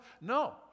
No